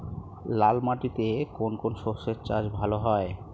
লাল মাটিতে কোন কোন শস্যের চাষ ভালো হয়?